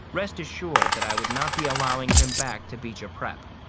rest assured that i would not be allowing him back to beecher prep.